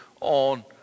on